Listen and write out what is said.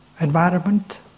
environment